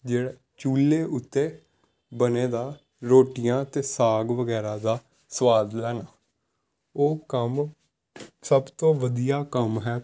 ਜਿਹੜਾ ਚੁੱਲ੍ਹੇ ਉੱਤੇ ਬਣੇ ਦਾ ਰੋਟੀਆਂ ਅਤੇ ਸਾਗ ਵਗੈਰਾ ਦਾ ਸਵਾਦ ਲੈਣਾ ਉਹ ਕੰਮ ਸਭ ਤੋਂ ਵਧੀਆ ਕੰਮ ਹੈ